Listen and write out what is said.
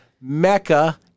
Mecca